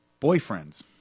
boyfriends